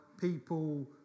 people